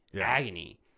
agony